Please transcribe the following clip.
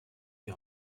die